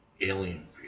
alien